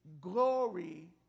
glory